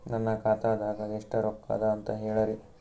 ನನ್ನ ಖಾತಾದಾಗ ಎಷ್ಟ ರೊಕ್ಕ ಅದ ಅಂತ ಹೇಳರಿ?